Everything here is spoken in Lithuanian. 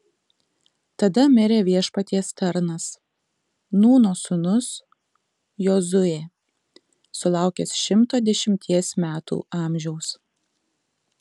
tada mirė viešpaties tarnas nūno sūnus jozuė sulaukęs šimto dešimties metų amžiaus